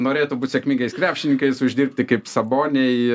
norėtų būt sėkmingais krepšininkais uždirbti kaip saboniai